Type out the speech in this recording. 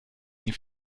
nie